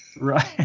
right